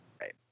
right